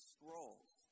Scrolls